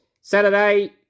Saturday